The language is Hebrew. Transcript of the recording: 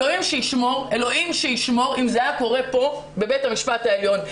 אלוהים שישמור אם זה היה קורה כאן בבית המשפט העליון.